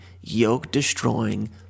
yoke-destroying